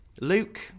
Luke